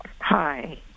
Hi